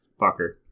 fucker